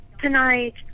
tonight